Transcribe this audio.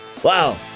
Wow